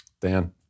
Dan